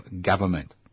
government